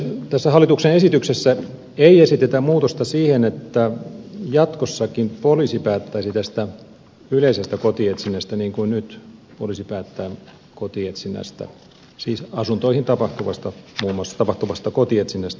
tässä hallituksen esityksessä ei esitetä muutosta siihen että jatkossakin poliisi päättäisi tästä yleisestä kotietsinnästä niin kuin nyt poliisi päättää kotietsinnästä siis muun muassa asuntoihin tapahtuvasta kotietsinnästä